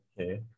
Okay